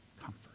comfort